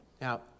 Now